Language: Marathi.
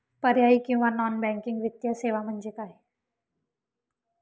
पर्यायी किंवा नॉन बँकिंग वित्तीय सेवा म्हणजे काय?